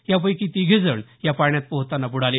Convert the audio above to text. यापैकी तिघे जण या पाण्यात पोहतांना बुडाले